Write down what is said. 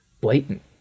blatant